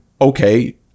okay